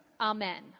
Amen